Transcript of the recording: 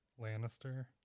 Lannister